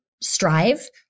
strive